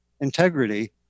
integrity